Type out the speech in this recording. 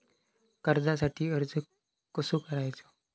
कर्जासाठी अर्ज कसो करायचो?